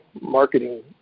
marketing